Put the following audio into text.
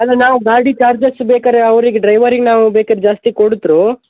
ಅಲ್ಲ ನಾವು ಗಾಡಿ ಚಾರ್ಜಸ್ಸು ಬೇಕಾದ್ರೆ ಅವ್ರಿಗೆ ಡ್ರೈವರಿಗೆ ನಾವು ಬೇಕಾರೆ ಜಾಸ್ತಿ ಕೊಡುತ್ರು